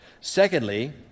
Secondly